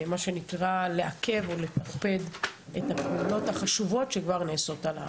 לעכב או לטרפד את הפעולות החשובות שכבר נעשות על ההר.